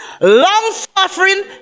long-suffering